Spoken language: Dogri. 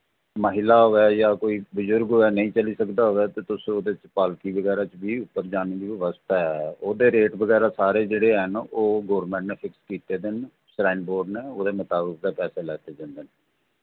महिला होऐ जां कोई बजुर्ग होऐ नेईं चली सकदा ते तुस ओह्दे च पालकी बगैरा च बी उप्पर जाने दी बवस्था ऐ ओह्दे रेट बगैरा जेह्ड़े हैन ओह् गौरमैंट ने सारे फिक्स कीते दे न श्राइन बोर्ड ने ओह्दे मताबक गै पैसे लैते जंदे न